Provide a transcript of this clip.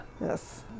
Yes